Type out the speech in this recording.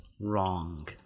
wrong